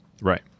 Right